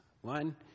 One